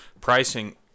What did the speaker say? pricing